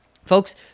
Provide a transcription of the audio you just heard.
Folks